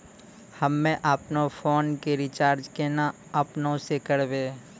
हम्मे आपनौ फोन के रीचार्ज केना आपनौ से करवै?